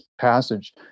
passage